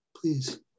Please